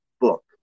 book